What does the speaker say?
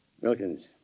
Wilkins